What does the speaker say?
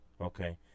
Okay